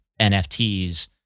NFTs